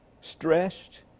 stressed